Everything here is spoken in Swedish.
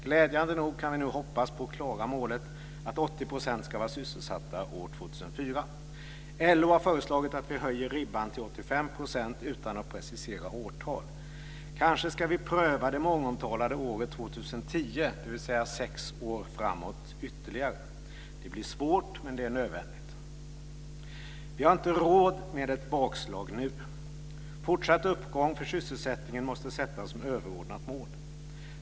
Glädjande nog kan vi nu hoppas på att klara målet att 80 % ska vara sysselsatta år 2004. LO har föreslagit att vi höjer ribban till 85 % utan att precisera årtal. Kanske ska vi pröva det mångomtalade året 2010, dvs. ytterligare sex år framåt. Det blir svårt, men det är nödvändigt. Vi har inte råd med ett bakslag nu. Fortsatt uppgång för sysselsättningen måste sättas som överordnat mål.